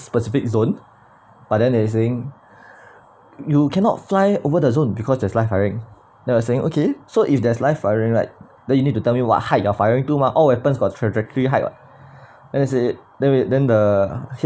specific zone but then they saying you cannot fly over the zone because there's live firing then we're saying okay so if there's live firing right then you need to tell me what height you're firing to mah all weapons got trajectory height [what] then they say then we then the